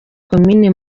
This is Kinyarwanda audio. komini